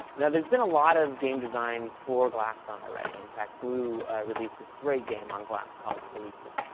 yeah there's been a lot of game design for glass done already. in fact, glu released this great game on glass, called spellista.